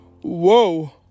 whoa